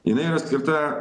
jinai yra skirta